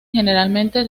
generalmente